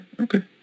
okay